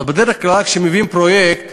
בדרך כלל כשמביאים פרויקט